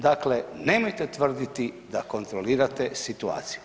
Dakle, nemojte tvrditi da kontrolirate situaciju.